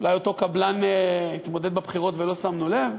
אולי אותו קבלן התמודד בבחירות ולא שמנו לב?